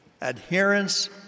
Adherence